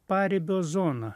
paribio zoną